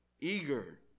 eager